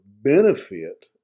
benefit